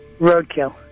Roadkill